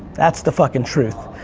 that's the fucking truth.